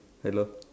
hello